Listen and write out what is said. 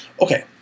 Okay